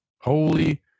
Holy